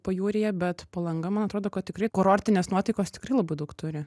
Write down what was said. pajūryje bet palanga man atrodo kad tikrai kurortinės nuotaikos tikrai labai daug turi